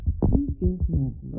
ഈ കേസ് നോക്കുക